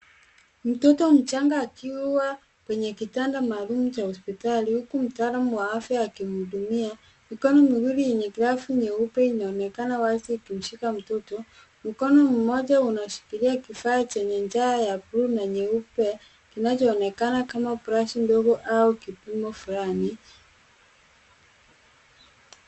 Mtoto mchanga akiwa kwenye kitanda maalum cha hospitali huku mtaalam wa afya akimhudumia. Mikono miwili yenye glavu nyeupe inaonekana wazi ikimshika mtoto. Mkono mmoja anashikilia kifaa chenye njaa ya bluu na nyeupe kinachoonekana kama brashi ndogo au kipimo fulani.